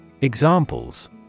Examples